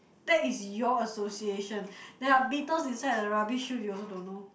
that is your association there are beetles inside the rubbish chute you also don't know